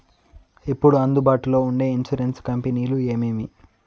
ఇప్పుడు అందుబాటులో ఉండే ఇన్సూరెన్సు కంపెనీలు ఏమేమి?